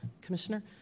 Commissioner